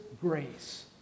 grace